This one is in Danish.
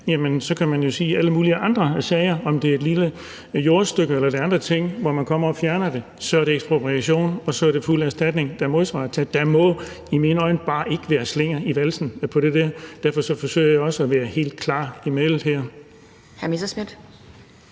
Der kan man jo sige i alle mulige andre sager – om det er et lille jordstykke eller andre ting, hvor man kommer og fjerner det – at så er det ekspropriation, og så er det fuld erstatning, der modsvarer det. Der må i mine øjne bare ikke være slinger i valsen på det område, og derfor forsøger jeg også at være helt klar i mælet her.